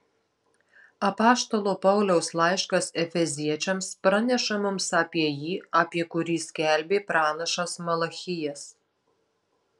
apaštalo pauliaus laiškas efeziečiams praneša mums apie jį apie kurį skelbė pranašas malachijas